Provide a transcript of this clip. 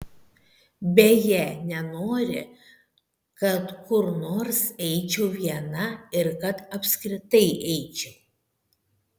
beje nenori kad kur nors eičiau viena ir kad apskritai eičiau